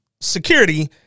security